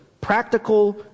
practical